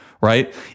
right